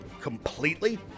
completely